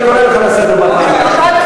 אני קורא אותך לסדר פעם ראשונה.